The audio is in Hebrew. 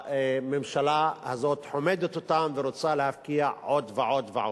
הממשלה הזאת חומדת אותן ורוצה להפקיע עוד ועוד ועוד.